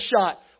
shot